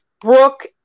Brooke